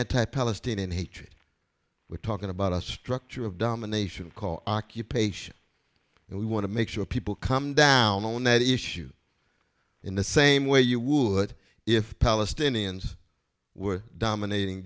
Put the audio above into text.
anti palestinian hatred we're talking about a structure of domination called occupation and we want to make sure people come down on that issue in the same way you would if the palestinians were dominating